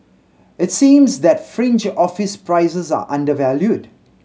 it seems that fringe office prices are undervalued